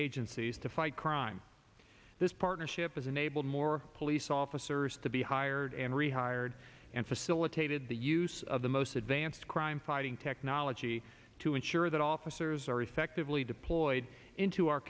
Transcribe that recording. agencies to fight crime this partnership has enabled more police officers to be hired and rehired and facilitated the use of the most advanced crime fighting technology to ensure that officers are effectively deployed into our